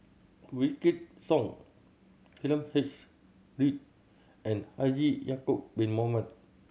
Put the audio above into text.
Wykidd Song H Read and Haji Ya'acob Bin Mohamed